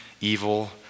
evil